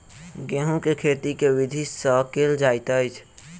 गेंहूँ केँ खेती केँ विधि सँ केल जाइत अछि?